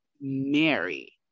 Mary